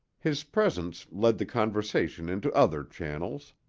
his presence led the conversation into other channels.